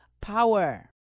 power